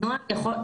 נכון?